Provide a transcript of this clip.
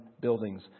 buildings